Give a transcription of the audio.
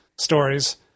stories